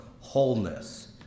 wholeness